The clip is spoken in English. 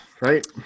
right